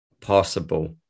possible